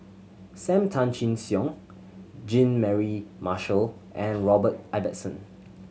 Sam Tan Chin Siong Jean Mary Marshall and Robert Ibbetson